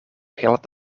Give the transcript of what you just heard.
geld